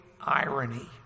irony